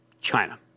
China